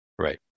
Right